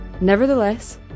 Nevertheless